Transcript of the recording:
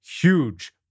huge